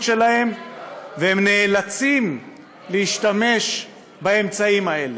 שלהם והם נאלצים להשתמש באמצעים האלה".